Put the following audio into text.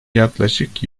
yaklaşık